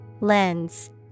Lens